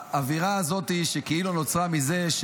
האווירה הזאת שכאילו נוצרה מזה,